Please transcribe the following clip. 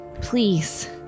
please